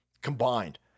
combined